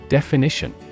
Definition